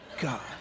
God